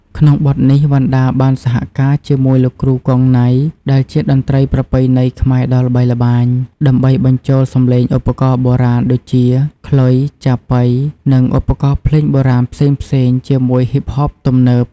ក្នុងបទនេះ វណ្ណដាបានសហការជាមួយ លោកគ្រូ គង់ ណៃ ដែលជាតន្ត្រីប្រពៃណីខ្មែរដ៏ល្បីល្បាញ ដើម្បីបញ្ចូលសម្លេងឧបករណ៍បុរាណដូចជា ខ្លុយ ចាប៉ី និងឧបករណ៍ភ្លេងបុរាណ ផ្សេងៗជាមួយហ៊ីបហបទំនើប។